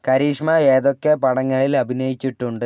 കരീഷ്മ ഏതൊക്കെ പടങ്ങളിൽ അഭിനയിച്ചിട്ടുണ്ട്